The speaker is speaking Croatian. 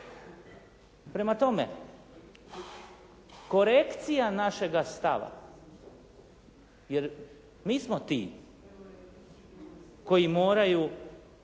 Prema tome korekcija našega stava jer mi smo ti koji moraju